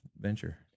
venture